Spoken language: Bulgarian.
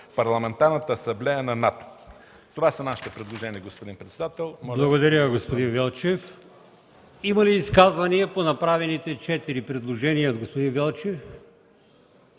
Парламентарната асамблея на НАТО.” Това са нашите предложения, господин председател. ПРЕДСЕДАТЕЛ АЛИОСМАН ИМАМОВ: Благодаря Ви, господин Велчев. Има ли изказвания по направените четири предложения от господин Велчев?